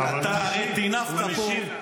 הוא משיב לך.